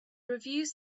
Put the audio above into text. reviews